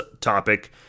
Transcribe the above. topic